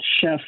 Chef